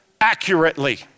accurately